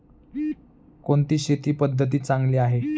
कोणती शेती पद्धती चांगली आहे?